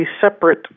separate